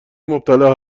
مبتلا